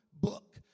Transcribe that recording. book